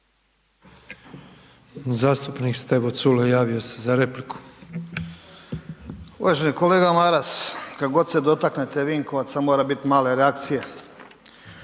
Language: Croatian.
Zastupnik Stevo Culej javio se za repliku.